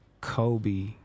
Kobe